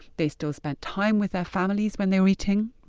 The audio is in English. they still spent time with their families when they were eating.